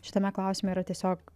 šitame klausime yra tiesiog